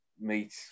meet